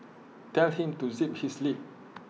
tell him to zip his lip